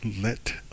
let